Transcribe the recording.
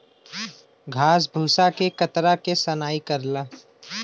घास भूसा के कतरा के सनाई करला